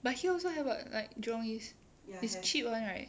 but here also have [what] like jurong east is cheap [one] right